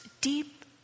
deep